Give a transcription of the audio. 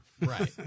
Right